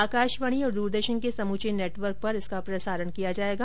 आकाशवाणी और द्रदर्शन के समूचे नेटवर्क पर इसका प्रसारण किया जाएगा